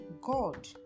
God